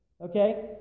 Okay